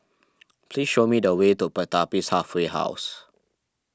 please show me the way to Pertapis Halfway House